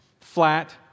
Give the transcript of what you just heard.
Flat